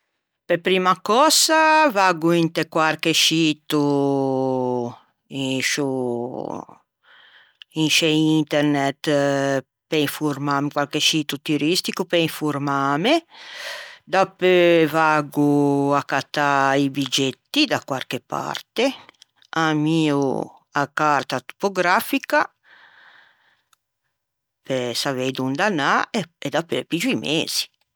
Pe primma cösa vaggo inte quarche scito in sciô in sce internet pe informâ quarche scito turistico pe informâme, dapeu vaggo à cattâ i biggetti da quarche parte, ammio a carta topografica pe savei donde anâ e dapeu piggio i mezi.